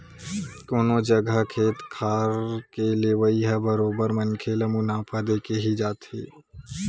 कोनो जघा खेत खार के लेवई ह बरोबर मनखे ल मुनाफा देके ही जाथे